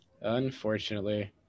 Unfortunately